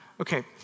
Okay